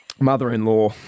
Mother-in-law